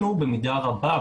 גם לנו במידה רבה,